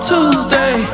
Tuesday